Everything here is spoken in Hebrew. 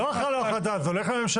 לא הלכה לו ההחלטה, זה הולך לממשלה.